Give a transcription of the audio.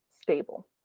stable